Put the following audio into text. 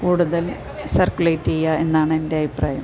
കൂടുതൽ സർക്കുലേറ്റ് ചെയ്യുക എന്നാണ് എൻ്റെ അഭിപ്രായം